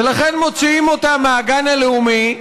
ולכן מוציאים אותם מהגן הלאומי,